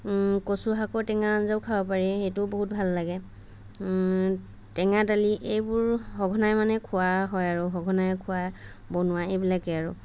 কচু শাকৰ টেঙা আঞ্জাও খাব পাৰি সেইটোও বহুত ভাল লাগে টেঙা দালি এইবোৰো সঘনাই মানে খোৱা হয় আৰু সঘনাই খোৱা বনোৱা এইবিলাকেই আৰু